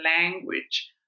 language